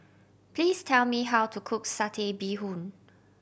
please tell me how to cook Satay Bee Hoon